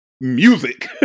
music